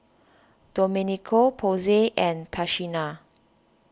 Domenico Posey and Tashina